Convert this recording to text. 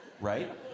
right